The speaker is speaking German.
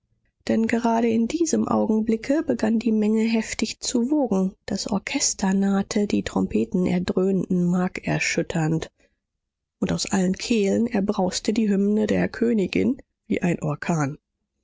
denn gerade in diesem augenblicke begann die menge heftig zu wogen das orchester nahte die trompeten erdröhnten markerschütternd und aus allen kehlen erbrauste die hymne der königin wie ein orkan